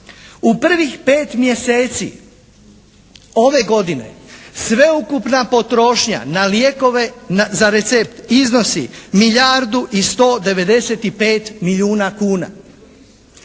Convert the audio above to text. U prvih pet mjeseci ove godine sve ukupna potrošnja na lijekove, za recept iznosi milijardu i 195 milijuna kuna.